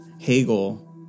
Hegel